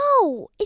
No